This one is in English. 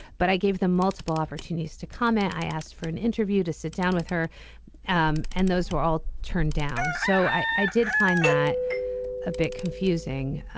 but i gave them multiple opportunities to comment. i asked for an interview to sit down with her um and those were all turned down. so i i did find that a bit confusing.